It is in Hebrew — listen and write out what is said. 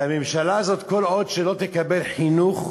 הממשלה הזאת, כל עוד לא תקבל חינוך,